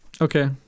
Okay